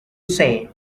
say